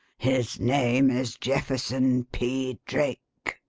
his name is jefferson p. drake.